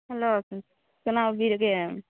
hello ꯀꯅꯥ ꯑꯣꯏꯕꯤꯔꯒꯦ